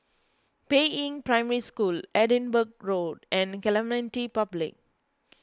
Peiying Primary School Edinburgh Road and Clementi Public